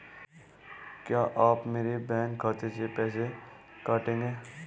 क्या आप मेरे बैंक खाते से पैसे काटेंगे?